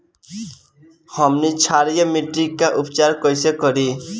हमनी क्षारीय मिट्टी क उपचार कइसे करी?